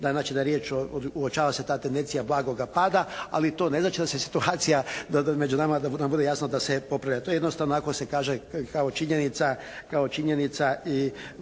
znači da je riječ, uočava se ta tendencija blagoga pada, ali to ne znači da se situacija među nama da nam bude jasno, da se popravlja. To jednostavno ako se kaže kao činjenica koju